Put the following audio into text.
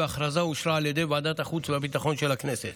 וההכרזה אושרה על ידי ועדת החוץ והביטחון של הכנסת.